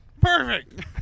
Perfect